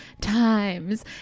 times